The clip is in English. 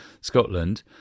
Scotland